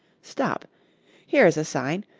stop here is a sign,